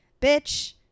bitch